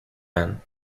man